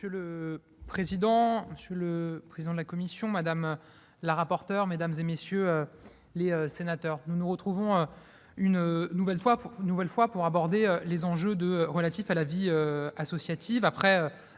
Monsieur le président, monsieur le vice-président de la commission, madame la rapporteur, mesdames, messieurs les sénateurs, nous nous retrouvons une nouvelle fois pour aborder les enjeux relatifs à la vie associative,